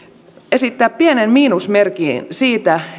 esittää pienen miinusmerkin siitä